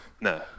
no